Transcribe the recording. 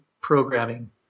programming